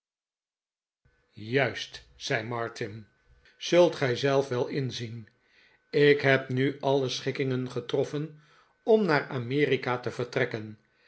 juist zei martin zult gij zelf wel inzien ik heb nu alle schikkingen getroffen om naar amerika te vertrekken